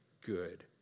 good